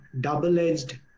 double-edged